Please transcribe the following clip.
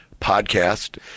podcast